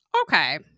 Okay